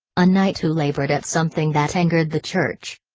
a knight who labored at something that angered the church.